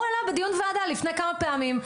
הוא עלה בדיון ועדה לפני כמה פעמים,